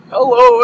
Hello